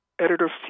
editor